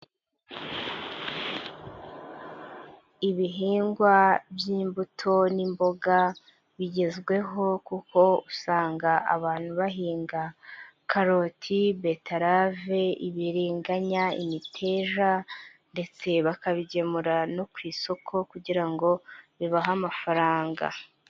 Ibihingwa by'imbuto n'imboga bigezweho kuko usanga abantu bahinga karoti, beterave, ibiringanya, imiteja ndetse bakabigemura no ku isoko kugira ngo bibahe amafaranga.